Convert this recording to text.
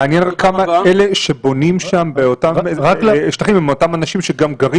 מעניין כמה אלה שבונים שם באותם שטחים הם אותם אנשים שגם גרים